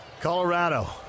Colorado